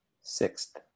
Sixth